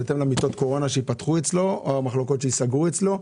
בהתאם למיטות הקורונה שייפתחו אצלו או המחלקות שייסגרו אצלו?